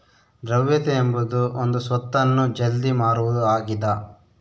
ದ್ರವ್ಯತೆ ಎಂಬುದು ಒಂದು ಸ್ವತ್ತನ್ನು ಜಲ್ದಿ ಮಾರುವುದು ಆಗಿದ